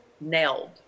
nailed